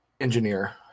engineer